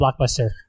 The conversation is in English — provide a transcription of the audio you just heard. blockbuster